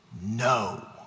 No